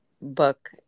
book